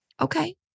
Okay